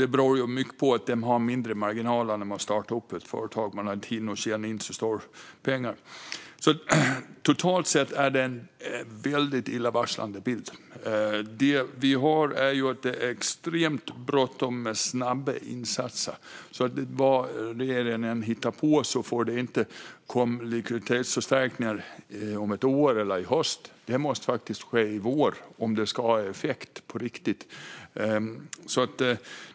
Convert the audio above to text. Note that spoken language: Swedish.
Detta beror mycket på att de har mindre marginaler när de startar ett företag - de har inte hunnit tjäna in så stora pengar. Totalt sett är det en väldigt illavarslande bild. Det är extremt bråttom med snabba insatser. Vad regeringen än hittar på får det inte komma likviditetsförstärkningar om ett år eller i höst, utan detta måste faktiskt ske i vår om det ska ha effekt på riktigt.